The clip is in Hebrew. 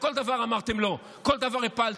לכל דבר אמרתם לא, כל דבר הפלתם.